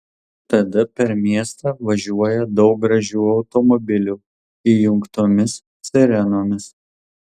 tada per miestą važiuoja daug gražių automobilių įjungtomis sirenomis